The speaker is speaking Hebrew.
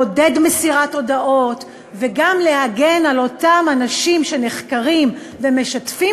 לעודד מסירת הודאות וגם להגן על אותם אנשים שנחקרים ומשתפים